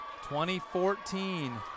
2014